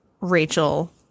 Rachel